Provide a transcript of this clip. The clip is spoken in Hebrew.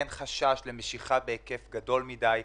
אין חשש למשיכה בהיקף גדול מידי.